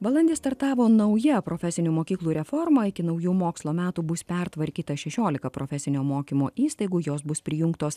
balandį startavo nauja profesinių mokyklų reforma iki naujų mokslo metų bus pertvarkyta šešiolika profesinio mokymo įstaigų jos bus prijungtos